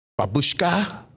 Babushka